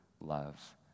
love